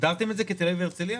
הגדרתם את זה כתל-אביב והרצליה?